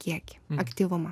kiekį aktyvumą